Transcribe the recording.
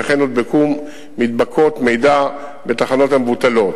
וכן הודבקו מדבקות מידע בתחנות המבוטלות.